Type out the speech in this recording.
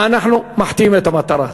אנחנו מחטיאים את המטרה.